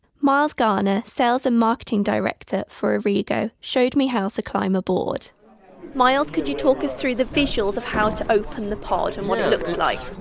miles garner, sales and marketing director for aurrigo showed me how to climb aboard miles, could you talk us through the visuals of how to open the pod and what it looks like?